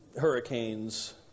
hurricanes